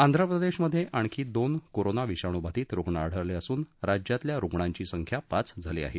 आंध्रप्रदेश मध्ये आणखी दोन कोरोना विषाणू बाधित रुग्ण आढळले असून राज्यातल्या रुग्णांची संख्या पाच झाली आहे